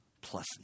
plus